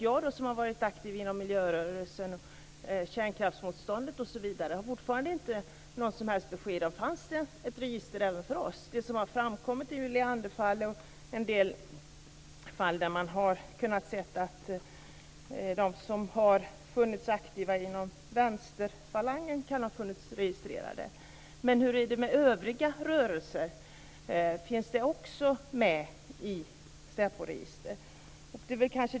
Jag, som har varit aktiv inom miljörörelsen och när det gäller kärnkraftsmotståndet, har fortfarande inte fått något som helst besked. Fanns det ett register även över oss? Det som har framkommit är ju Leanderfallet och en del fall där man har kunnat se att aktiva inom vänsterfalangen kan ha varit registrerade. Men hur är det med övriga rörelser? Finns de också med i SÄPO-register?